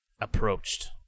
approached